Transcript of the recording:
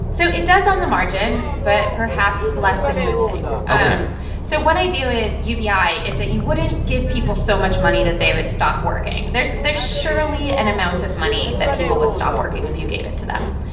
so it does on the margin but perhaps less than you would think ok um so one idea with ubi is that you wouldn't give people so much money that they would stop working. there's there's surely an amount of money that people would stop working if you gave it to them.